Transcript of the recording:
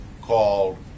called